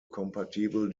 compatible